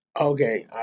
okay